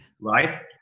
right